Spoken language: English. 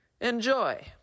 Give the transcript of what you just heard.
Enjoy